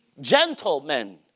gentlemen